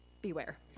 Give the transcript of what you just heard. beware